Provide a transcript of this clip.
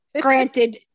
granted